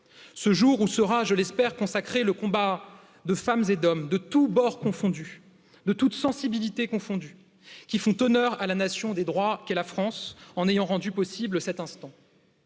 Ce jour où sera, je l'espère consacré le combat de femmes et d'hommes de tous bords confondus, de toutes sensibilités confondues, qui font honneur à la nation des droits qu'est la France en ayant rendu possible cet instant.